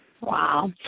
Wow